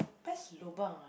best lobang ah